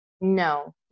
No